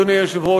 אדוני היושב-ראש,